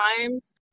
times